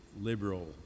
liberal